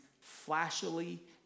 flashily